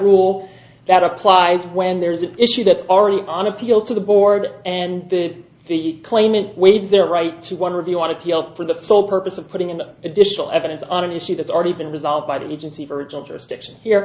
rule that applies when there is an issue that's already on appeal to the board and the claimant waives their right to wonder if you want to appeal for the sole purpose of putting an additional evidence on an issue that's already been resolved by the agency for